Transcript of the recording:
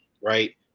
right